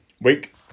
week